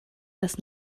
das